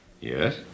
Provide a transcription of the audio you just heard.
Yes